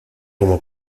como